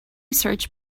search